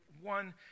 one